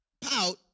pout